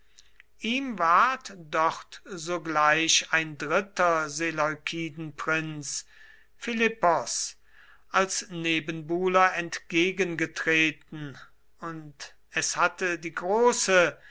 ihm war dort sogleich ein dritter seleukidenprinz philippos als nebenbuhler entgegengetreten und es hatte die große